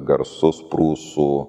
garsus prūsų